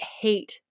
hate